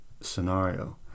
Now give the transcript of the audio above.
scenario